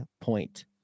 point